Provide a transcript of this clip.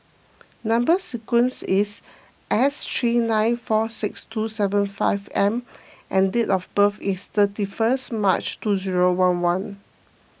Number Sequence is S three nine four six two seven five M and date of birth is thirty first March two zero one one